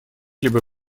либо